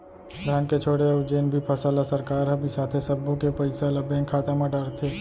धान के छोड़े अउ जेन भी फसल ल सरकार ह बिसाथे सब्बो के पइसा ल बेंक खाता म डारथे